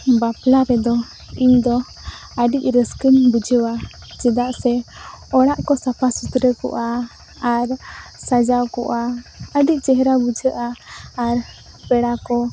ᱵᱟᱯᱞᱟᱨᱮᱫᱚ ᱤᱧᱫᱚ ᱟᱹᱰᱤ ᱨᱟᱹᱥᱠᱟᱹᱧ ᱵᱩᱡᱷᱟᱹᱣᱟ ᱪᱮᱫᱟᱜ ᱥᱮ ᱚᱲᱟᱜᱠᱚ ᱥᱟᱯᱟᱼᱥᱩᱛᱨᱟᱹᱜᱚᱼᱟ ᱟᱨ ᱥᱟᱡᱟᱣᱠᱚᱜᱼᱟ ᱟᱹᱰᱤ ᱪᱮᱦᱨᱟ ᱵᱩᱡᱷᱟᱹᱜᱼᱟ ᱟᱨ ᱯᱮᱲᱟᱠᱚ